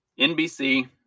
NBC